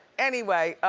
anyway,